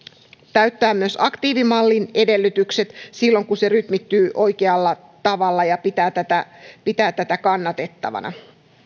täyttää myös aktiivimallin edellytykset silloin kun se rytmittyy oikealla tavalla valiokunta pitää tätä kannatettavana